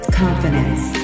confidence